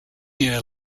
year